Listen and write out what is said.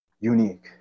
Unique